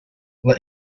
let